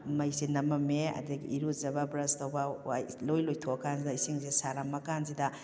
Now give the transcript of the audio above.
ꯃꯩꯁꯦ ꯅꯝꯃꯝꯃꯦ ꯑꯗꯒꯤ ꯏꯔꯨꯖꯕ ꯕ꯭ꯔꯁ ꯇꯧꯕ ꯂꯣꯏ ꯂꯣꯏꯊꯣꯛꯑ ꯀꯥꯟꯁꯤꯗ ꯏꯁꯤꯡꯁꯦ ꯁꯥꯔꯝꯃ ꯀꯥꯟꯁꯤꯗ